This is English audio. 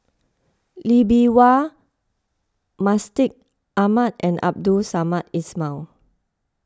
Lee Bee Wah Mustaq Ahmad and Abdul Samad Ismail